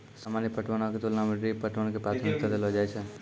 सामान्य पटवनो के तुलना मे ड्रिप पटवन के प्राथमिकता देलो जाय छै